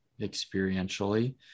experientially